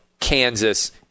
Kansas